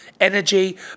energy